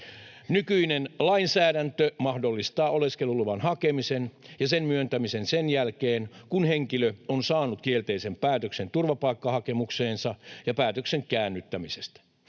Nykyinen lainsäädäntö mahdollistaa oleskeluluvan hakemisen ja sen myöntämisen sen jälkeen, kun henkilö on saanut kielteisen päätöksen turvapaikkahakemukseensa ja päätöksen käännyttämisestä.